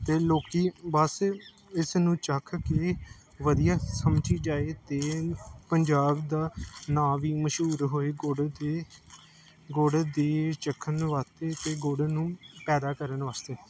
ਅਤੇ ਲੋਕ ਬਸ ਇਸ ਨੂੰ ਚੱਖ ਕੇ ਵਧੀਆ ਸਮਝੀ ਜਾਏ ਅਤੇ ਪੰਜਾਬ ਦਾ ਨਾਮ ਵੀ ਮਸ਼ਹੂਰ ਹੋਏ ਗੁੜ ਅਤੇ ਗੁੜ ਦੇ ਚੱਖਣ ਵਾਸਤੇ ਅਤੇ ਗੁੜ ਨੂੰ ਪੈਦਾ ਕਰਨ ਵਾਸਤੇ